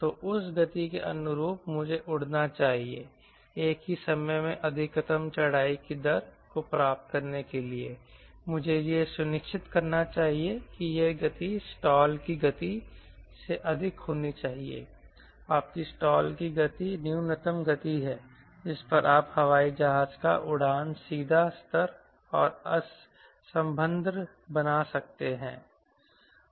तो उस गति के अनुरूप मुझे उड़ना चाहिए एक ही समय में अधिकतम चढ़ाई की दर को प्राप्त करने के लिए मुझे यह सुनिश्चित करना चाहिए कि यह गति स्टाल की गति से अधिक होनी चाहिए आपकी स्टाल की गति न्यूनतम गति है जिस पर आप हवाई जहाज का उड़ान सीधेस्तर और असंबद्ध बना सकते हैं